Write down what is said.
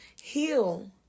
heal